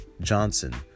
Johnson